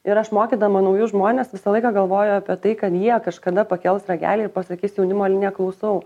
ir aš mokydama naujus žmones visą laiką galvoju apie tai kad jie kažkada pakels ragelį ir pasakys jaunimo linija klausau